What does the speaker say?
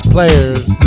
Players